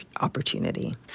opportunity